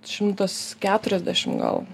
šimtas keturiasdešim gal